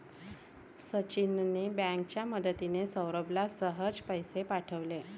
सचिनने बँकेची मदतिने, सौरभला सहज पैसे पाठवले